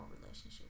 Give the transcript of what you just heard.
relationship